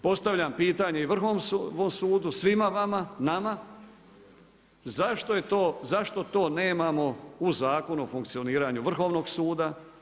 Postavljam pitanje i Vrhovnom sudu, svima vama, nama, zašto to nemamo u zakonu o funkcioniranju Vrhovnog suda?